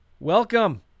Welcome